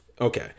Okay